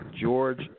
George